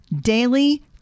Daily